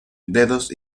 dedos